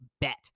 bet